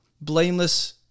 blameless